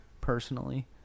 personally